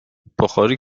بخاری